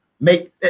make